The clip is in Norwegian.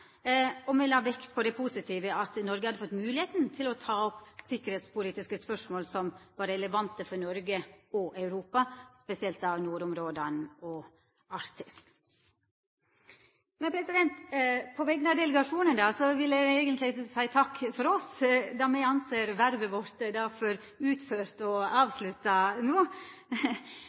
og me la vekt på det positive i at Noreg hadde fått moglegheit til å ta opp sikkerheitspolitiske spørsmål som var relevante for Noreg og Europa, spesielt nordområda og Arktis. På vegner av delegasjonen vil eg eigentleg seia takk for oss, sidan me no held vervet vårt for å vera utført og avslutta.